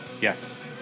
Yes